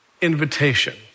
invitation